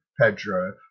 Pedro